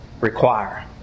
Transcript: require